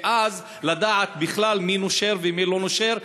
ואז לדעת בכלל מי נושר ומי לא נושר,